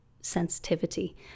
sensitivity